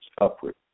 upward